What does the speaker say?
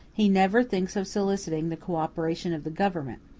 he never thinks of soliciting the co-operation of the government,